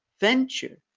venture